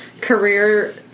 career